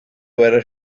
guerra